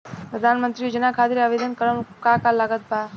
प्रधानमंत्री योजना खातिर आवेदन करम का का लागत बा?